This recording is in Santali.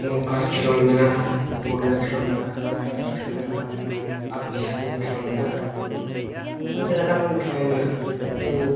ᱱᱚᱝᱠᱟ ᱠᱷᱮᱞᱳᱰ ᱢᱮᱱᱟᱜᱼᱟ ᱵᱚᱞ ᱮᱱᱮᱡ ᱠᱷᱮᱞᱳᱰ ᱢᱮᱱᱟᱜᱼᱟ ᱠᱷᱮᱞ ᱢᱮᱱᱟᱜᱼᱟ ᱟᱨ ᱵᱮᱡᱷᱟ ᱛᱩᱧ ᱠᱷᱮᱞᱳᱰ ᱢᱮᱱᱟᱜᱼᱟ ᱟᱹᱰᱤ ᱜᱟᱱ ᱞᱮᱠᱟᱱ ᱠᱷᱮᱞᱳᱰ ᱢᱮᱱᱟᱜᱼᱟ ᱟᱹᱰᱤᱜᱟᱱ